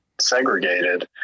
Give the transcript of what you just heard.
segregated